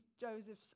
Joseph's